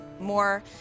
more